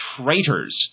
traitors